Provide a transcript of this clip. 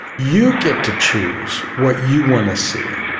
you get to choose what you want to see,